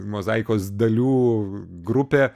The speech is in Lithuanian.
mozaikos dalių grupė